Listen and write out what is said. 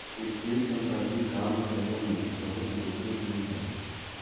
स्थिर संपत्ति काम करे मे बहुते जोखिम भी हय